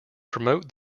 promote